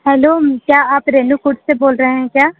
hello क्या आप रेणुकूट से बोल रहे हैं क्या